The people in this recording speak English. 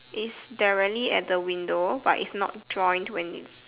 is there any at the window but it's not drawn to any